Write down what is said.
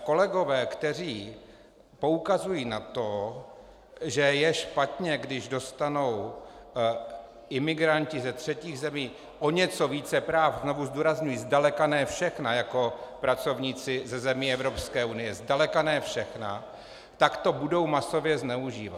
Kolegové, kteří poukazují na to, že je špatně, když dostanou imigranti ze třetích zemí o něco více práv znovu zdůrazňuji, zdaleka ne všechna jako pracovníci ze zemí EU, zdaleka ne všechna tak to budou masově zneužívat.